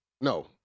No